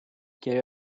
geri